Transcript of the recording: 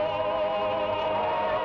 oh